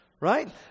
Right